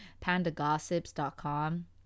pandagossips.com